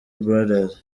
brothers